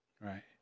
Right